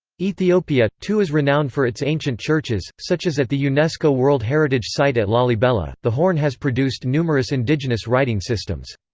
ethiopia, too is renowned for its ancient churches, such as at the unesco world heritage site at lalibela the horn has produced numerous indigenous writing systems.